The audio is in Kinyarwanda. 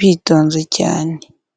bitonze cyane.